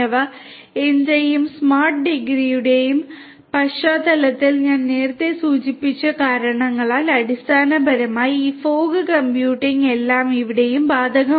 ഖനനന്റെയും smart ഗ്രിഡിന്റെയും പശ്ചാത്തലത്തിൽ ഞാൻ നേരത്തെ സൂചിപ്പിച്ച കാരണങ്ങളാൽ അടിസ്ഥാനപരമായി ഈ ഫോഗ് കമ്പ്യൂട്ടിംഗ് എല്ലാം ഇവിടെയും ബാധകമാണ്